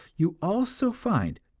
you also find,